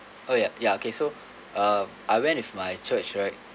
oh ya ya okay so uh I went with my church right